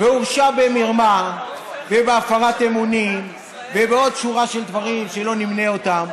והורשע במרמה ובהפרת אמונים ובעוד שורה של דברים שלא נמנה אותם,